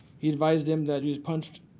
he advised him that he was punched